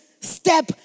step